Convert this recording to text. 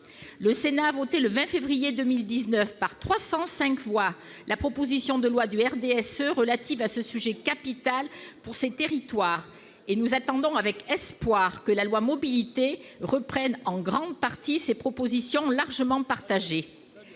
Le Sénat a voté, le 20 février 2019, par 305 voix, la proposition de loi du RDSE relative à ce sujet capital pour ces territoires, et nous attendons avec espoir que la loi d'orientation des mobilités reprenne en grande partie ces propositions largement partagées.